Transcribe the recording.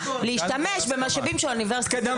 להשתמש במשאבים של האוניברסיטה,